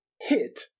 hit